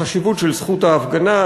החשיבות של זכות ההפגנה,